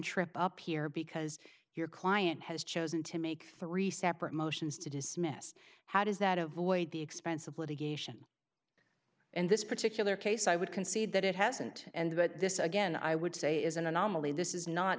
trip up here because your client has chosen to make three separate motions to dismiss how does that avoid the expense of litigation in this particular case i would concede that it hasn't and that this again i would say is an anomaly this is not